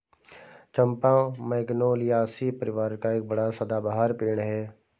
चंपा Magnoliaceae परिवार का एक बड़ा सदाबहार पेड़ है